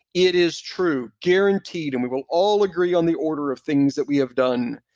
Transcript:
it is true. guaranteed and we will all agree on the order of things that we have done.